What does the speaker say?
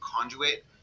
conduit